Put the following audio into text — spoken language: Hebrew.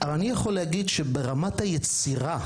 אני יכול להגיד שברמת היצירה,